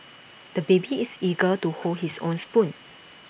the baby is eager to hold his own spoon